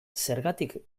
zergatik